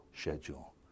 schedule